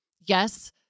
yes